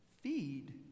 feed